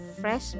fresh